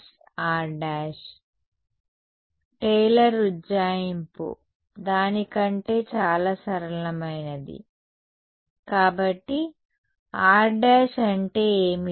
విద్యార్థి టేలర్ ఉజ్జాయింపు టేలర్ ఉజ్జాయింపు దాని కంటే చాలా సరళమైనది కాబట్టి r అంటే ఏమిటి